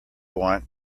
want